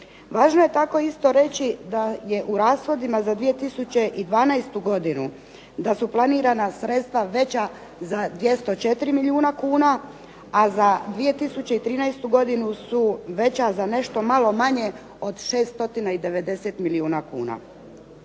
Važno je tako isto reći da je u rashodima za 2012. godinu, da su planirana sredstva veća za 204 milijuna kuna, a za 2013. godinu su veća za nešto malo manje od 6 stotina i 90 milijuna kuna.